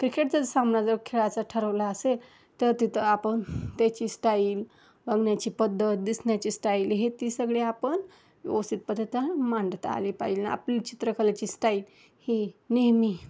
cricket जर सामना जर खेळायच ठरवलं असेल तर तिथं आपण त्याची स्टाईल बघण्याची पद्धत दिसण्याची स्टाईल हे ती सगळी आपण व्यवस्थित पद्धतीनं मांडता आली पाहिजे आपली चित्रकलेची स्टाईल ही नेहमी